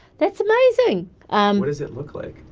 that's amazing um what does it look like?